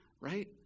right